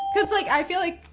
cause like i feel like.